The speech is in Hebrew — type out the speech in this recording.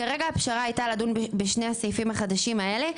כרגע הפשרה הייתה לדון בשני הסעיפים החדשים האלה,